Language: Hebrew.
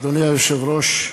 אדוני היושב-ראש,